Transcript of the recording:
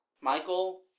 Michael